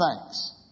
thanks